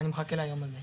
אני מחכה ליום הזה.